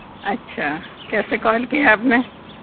اچھا کیسے کال کیا ہے آپ نے